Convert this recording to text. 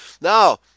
Now